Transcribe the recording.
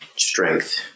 strength